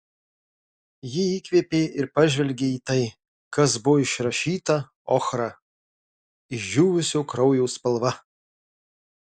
ji įkvėpė ir pažvelgė į tai kas buvo išrašyta ochra išdžiūvusio kraujo spalva